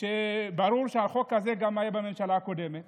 ברור שהחוק הזה גם היה בממשלה הקודמת